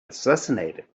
assassinated